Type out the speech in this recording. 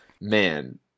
Man